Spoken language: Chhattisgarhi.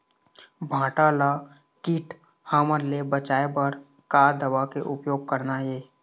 भांटा ला कीट हमन ले बचाए बर का दवा के उपयोग करना ये?